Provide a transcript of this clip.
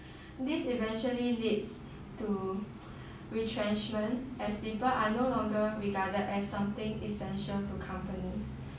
this eventually leads to retrenchment as people are no longer regarded as something essential to companies